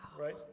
Right